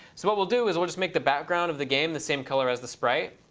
so what we'll do is, we'll just make the background of the game the same color as the sprite.